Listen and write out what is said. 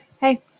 hey